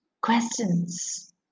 questions